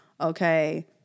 okay